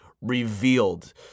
revealed